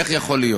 איך יכול להיות